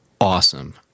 awesome